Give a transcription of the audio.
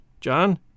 John